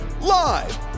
live